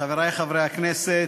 חברי חברי הכנסת,